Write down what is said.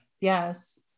Yes